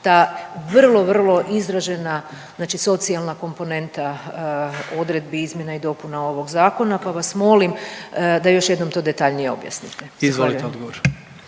ta vrlo vrlo izražena znači socijalna komponenta odredbi izmjena i dopuna ovog zakona, pa vas molim da još jednom to detaljnije objasnite. **Jandroković,